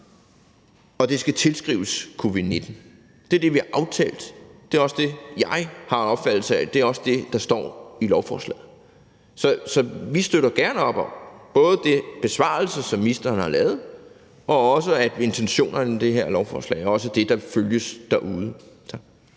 og det skal tilskrives covid-19. Det er det, vi aftalte, og det er også det, jeg har opfattelsen af står i lovforslaget. Så vi støtter gerne op om både den besvarelse, som ministeren har givet, og også, at intentionerne i det her lovforslag også er det, der følges derude.